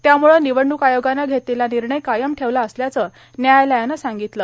त्यामुळं निवडणूक आयोगानं घेतलेला निर्णय कायम ठेवला असल्याचं न्यायालयानं सांगितलं